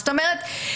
זאת אומרת,